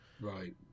Right